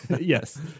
Yes